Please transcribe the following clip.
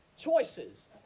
choices